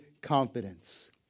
confidence